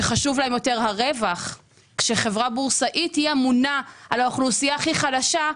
שחשוב להם יותר הרווח כאשר חברה בורסאית אמונה על האוכלוסייה הכי חלשה,